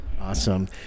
Awesome